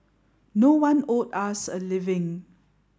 no one owed us a living